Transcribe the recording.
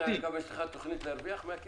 יש לך תוכנית להרוויח מן הקרן?